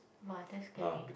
!wah! that's scary